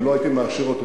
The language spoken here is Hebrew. אם לא הייתי מאשר אותו,